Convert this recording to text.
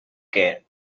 care